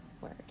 word